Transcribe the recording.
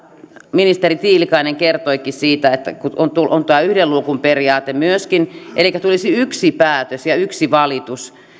ministeri tiilikainen kertoikin että on tämä yhden luukun periaate myöskin elikkä tulisi yksi päätös ja yksi valitus